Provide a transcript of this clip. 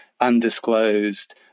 undisclosed